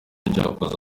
cyakoze